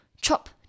Chop